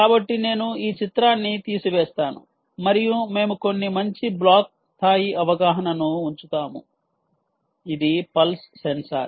కాబట్టి నేను ఈ చిత్రాన్ని తీసివేస్తాను మరియు మేము కొన్ని మంచి బ్లాక్ స్థాయి అవగాహనను ఉంచుతాము ఇది పల్స్ సెన్సార్